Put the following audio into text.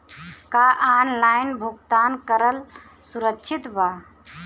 का ऑनलाइन भुगतान करल सुरक्षित बा?